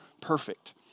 perfect